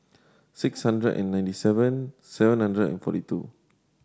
six hundred and ninety seven seven hundred and forty two